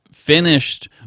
finished